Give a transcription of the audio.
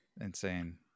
insane